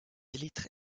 élytres